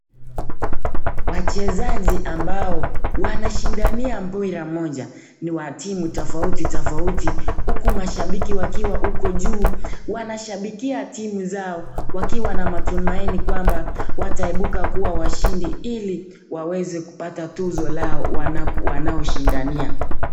Wachezaji ambao wanashindania mpira mmoja ni wa timu tofauti tofauti huku mashabiki wakiwa huko juu wanashabikia timu zao wakiwa na matumaini kwamba wataibuka kuwa washindi ili waweze kupata tuzo lao wanaoshindania.